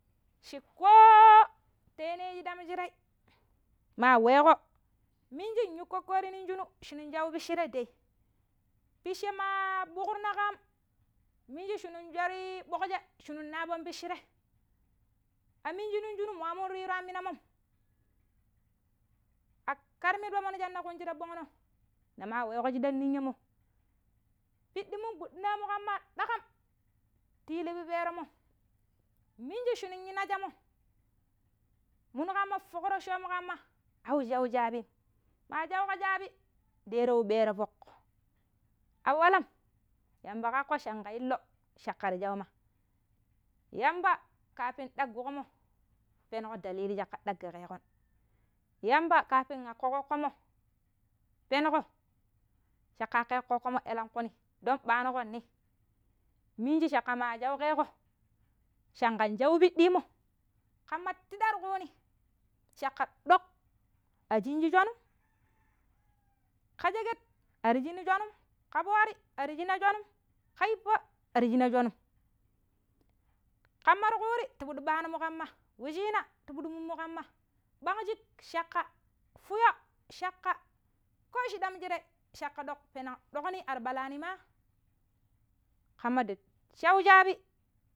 ﻿Chi koooo ta shiɗam shirei ma weƙo minji yin kokari nin shinu shau pishirei dai pishe ma ɓuƙuruƙo ƙaam ninji shinung jori bogshe shinuna̱ɓo pishire aminji nong shinu mu amum riru yaminamom a ƙari tomoni ti biche ta ɓongno na ma waigo ƙa shidan ninyamo pidii muƙama daƙan ti li piperonmu minji shinun yu najamo minu ɓama foƙroccomu kamma a wu shaushabim, ma shauƙo shaabi nɗero wu ɓeero foƙ, awalam yamba ƙaƙƙo shanƙa illo caƙƙa ta shauma yamba kafin dagowo̱nmo̱ penigo dalili jaga Dagarego̱n yamba aƙƙeƙo ƙoƙƙomo peniƙo caƙƙa ƙa elenƙuniidon manugo ni minji caƙƙa ma shauƙeƙo shanƙan shau piɗimo ƙamma tida tuƙuni caƙƙa ɗoƙ ashinji shonum ƙa sheket ar shina̱ shonum, ƙa foori ar shinna̱ shonum, ƙa yippa ar shina̱ shonum ƙamma tiƙuri ti pidi ɓanumɓ ƙamma wucina tapiɗi mummu ƙamma, ɓang shik caƙƙa fuyo caƙƙa ko shidam shi ɗoi caƙƙa ɗoƙ peneng ɗoƙni ar balanimma? ƙamman di shaushabi.